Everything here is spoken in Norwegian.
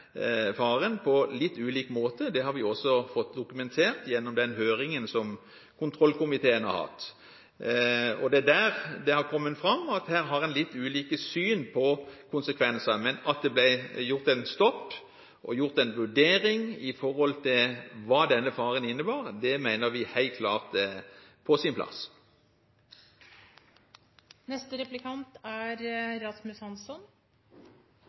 faren på litt ulik måte. Det har vi også fått dokumentert gjennom den høringen som kontrollkomiteen har hatt – det er der det har kommet fram at her har en litt ulike syn på konsekvensene. Men at det ble gjort en stopp og gjort en vurdering av hva denne faren innebar, det mener vi helt klart er på sin plass. For det første er